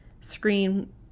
screen